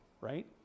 right